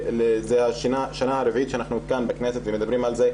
זו השנה הרביעית שאנחנו כאן בכנסת מדברים על זה,